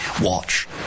watch